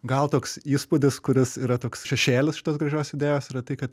gal toks įspūdis kuris yra toks šešėlis šitos gražios idėjos yra tai kad